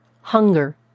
Hunger